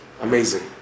amazing